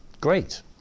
great